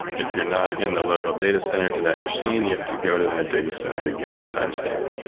if you're not in the local data center to that machine, you have to go to that data center to get the timestamp.